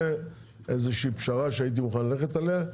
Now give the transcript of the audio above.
זה איזה שהיא פשרה שהייתי מוכן ללכת עליה.